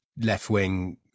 left-wing